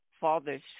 father's